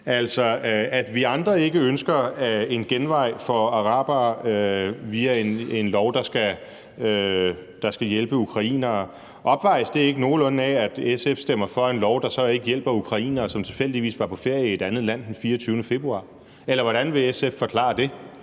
Altså, at vi andre ikke ønsker en genvej for arabere via en lov, der skal hjælpe ukrainere, opvejes det ikke nogenlunde af, at SF stemmer for et lovforslag, der så ikke hjælper ukrainere, som tilfældigvis var på ferie i et andet land den 24. februar? Eller hvordan vil SF forklare det?